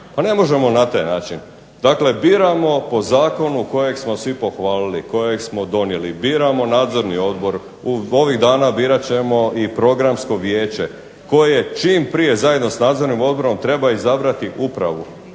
Pa ne možemo na taj način, dakle biramo po zakonu kojeg smo svi pohvalili, kojeg smo donijeli, biramo Nadzorni odbor, ovih dana birat ćemo i Programsko vijeće koje čim prije zajedno s Nadzornim odborom treba izabrati upravu.